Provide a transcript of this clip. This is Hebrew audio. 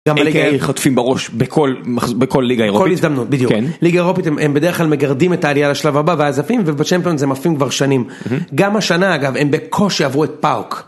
גם בליגה ההיא חוטפים בראש בכל ליגה האירופית. בכל הזדמנות, בדיוק. ליגה האירופית הם בדרך כלל מגרדים את העלייה לשלב הבא ואז עפים ובצ'מפיון הם עפים כבר שנים. גם השנה אגב, הם בקושי עברו את פאוק.